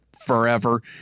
forever